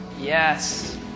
Yes